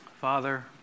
Father